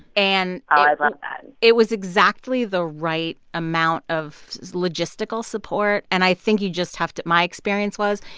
and. oh, i'd love that it was exactly the right amount of logistical support. and i think you just have to my experience was,